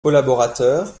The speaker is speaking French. collaborateurs